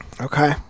Okay